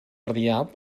rialb